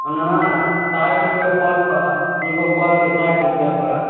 अनानास साठि रुपआ फल पड़त एगो फलके साठि रुपआ पड़त